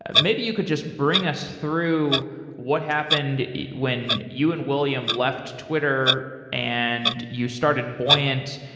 ah maybe you could just bring us through what happened when you and william left twitter and you started buoyant,